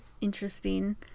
interesting